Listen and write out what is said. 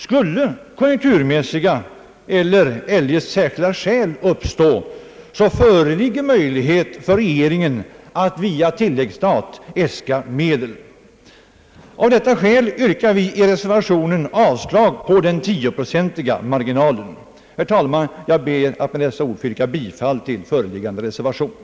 Skulle konjunkturmässiga eller eljest särskilda skäl uppstå, föreligger möjlighet för regeringen att via tilläggsstat äska medel, Av detta skäl yrkar vi i reservationen avslag på den tioprocentiga marginalen. Jag ber med dessa ord att få yrka bifall till den föreliggande reservationen.